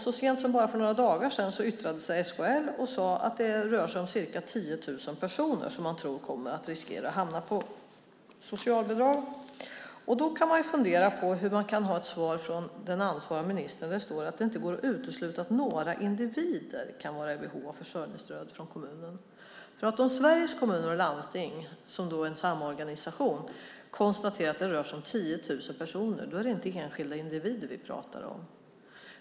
Så sent som bara för några dagar sedan yttrade sig SKL och sade att det rör sig om ca 10 000 personer som man tror riskerar att hamna på socialbidrag. Då kan man fundera på hur det i svaret från ansvariga ministern kan stå att det inte går att utesluta att några individer kan vara i behov av försörjningsstöd från kommunen. Om Sveriges Kommuner och Landsting, som är en samorganisation, konstaterar att det rör sig om 10 000 personer är det inte enskilda individer vi pratar om.